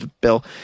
bill